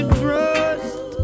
trust